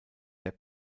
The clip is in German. der